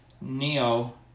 Neo